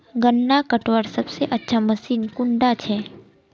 गन्ना कटवार सबसे अच्छा मशीन कुन डा छे?